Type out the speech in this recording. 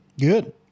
Good